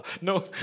No